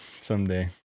someday